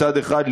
מצד אחד,